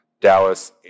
Dallas